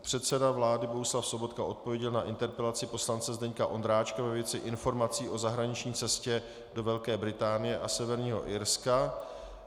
Předseda vlády Bohuslav Sobotka odpověděl na interpelaci poslance Zdeňka Ondráčka ve věci informací o zahraniční cestě do Velké Británie a Severního Irska.